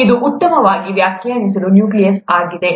ಇದು ಉತ್ತಮವಾಗಿ ವ್ಯಾಖ್ಯಾನಿಸಲಾದ ನ್ಯೂಕ್ಲಿಯಸ್ ಆಗಿದೆ